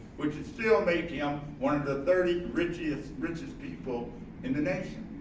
which is still making him one of the thirty richest richest people in the nation.